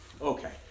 Okay